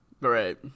Right